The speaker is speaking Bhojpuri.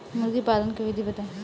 मुर्गी पालन के विधि बताई?